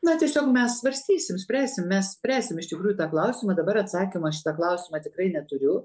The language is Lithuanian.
na tiesiog mes svarstysim spręsim mes spręsim iš tikrųjų tą klausimą dabar atsakymo į šitą klausimą tikrai neturiu